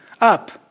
up